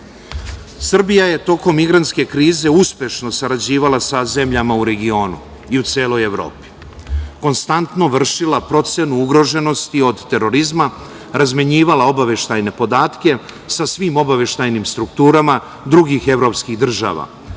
prava. Srbija je tokom migrantske krize uspešno sarađivala sa zemljama u regionu i u celoj Evropi. Konstantno vršila procenu ugroženosti od terorizma, razmenjivala obaveštajne podatke sa svim obaveštajnim strukturama drugih evropskih država